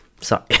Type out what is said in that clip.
Sorry